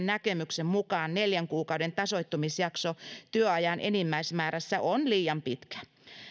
näkemyksen mukaan neljän kuukauden tasoittumisjakso työajan enimmäismäärässä on liian pitkä